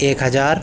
ایک ہزار